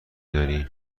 داری